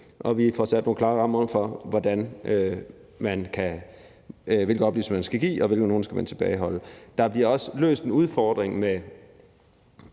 Vi får sat nogle klarere rammer for, hvilke oplysninger man skal give, og hvilke man skal tilbageholde. Der bliver også løst en udfordring med